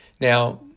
Now